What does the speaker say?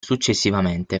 successivamente